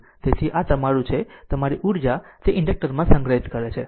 તેથી આ તમારું છે જે તમારી ઉર્જા તે ઈન્ડકટરમાં સંગ્રહિત કરે છે